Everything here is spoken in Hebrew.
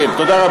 אין לכם בושה,